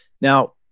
Now